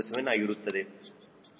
07 ಆಗಿರುತ್ತದೆ